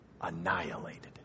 annihilated